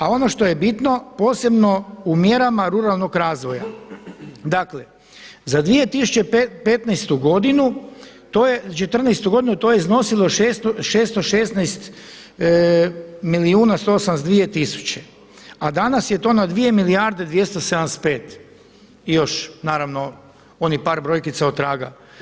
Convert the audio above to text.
A ono što je bitno, posebno u mjerama ruralnog razvoja, dakle za 2015. godinu to je, '14. godinu to je iznosilo 616 milijuna 182 tisuće a danas je to na 2 milijarde 275 i još naravno onih par brojkica otraga.